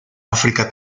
áfrica